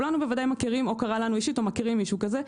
אולי לכולנו זה קרה אישית או שאנחנו מכירים מישהו כזה.